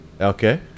Okay